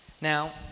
Now